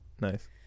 Nice